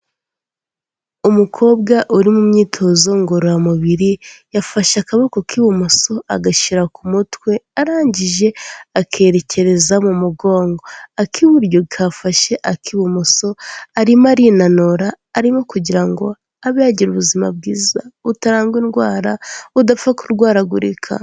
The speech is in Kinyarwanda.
Umukobwa uri mu myitozo ngororamubiri, yafashe akaboko k'ibumoso agashyira ku mutwe, arangije akerekereza mu mugongo, ak'iburyo kafashe ak'ibumoso, arimo arinanura, arimo kugira ngo abe yagira ubuzima bwiza, butarangwa indwara, budapfa kurwaragurika.